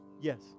Yes